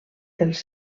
dels